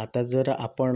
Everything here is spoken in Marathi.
आता जर आपण